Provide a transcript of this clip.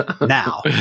now